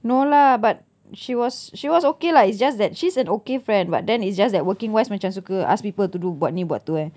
no lah but she was she was okay lah it's just that she's an okay friend but then it's just that working wise macam suka ask people to do buat ni buat tu eh